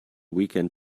weekend